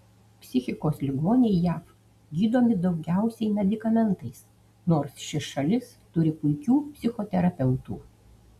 psichikos ligoniai jav gydomi daugiausiai medikamentais nors ši šalis turi puikių psichoterapeutų